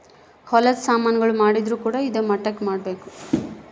ಹೊಲದ ಸಾಮನ್ ಗಳು ಮಾಡಿದ್ರು ಕೂಡ ಇದಾ ಮಟ್ಟಕ್ ಮಾಡ್ಬೇಕು